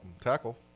tackle